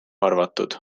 arvatud